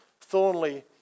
Thornley